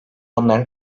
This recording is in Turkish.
onların